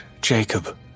Jacob